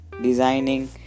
Designing